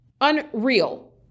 Unreal